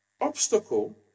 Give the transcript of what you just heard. obstacle